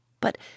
but